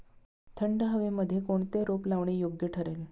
थंड हवेमध्ये कोणते रोप लावणे योग्य ठरेल?